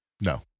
No